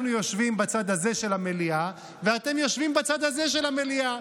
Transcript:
אנחנו יושבים בצד הזה של המליאה ואתם יושבים בצד הזה של המליאה.